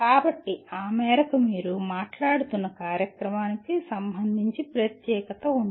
కాబట్టి ఆ మేరకు మీరు మాట్లాడుతున్న కార్యక్రమానికి సంబంధించి ప్రత్యేకత ఉంది